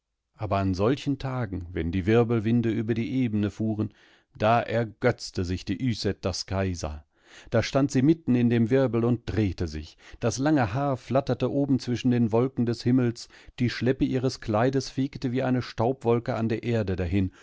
aber an solchen tagen wenn die wirbelwinde über die ebene fuhren daergötztesichdieysätters kajsa dastandsiemittenindemwirbel und drehte sich das lange haar flatterte oben zwischen den wolken des himmels die schleppe ihres kleides fegte wie eine staubwolke an der erde dahin